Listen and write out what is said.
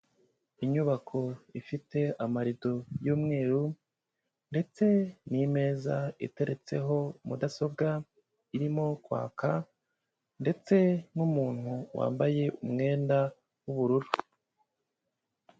Inyubako ifite amarido y'umweru ndetse n'imeza iteretseho mudasobwa irimo kwaka ndetse n'umuntu wambaye umwenda w'ubururu.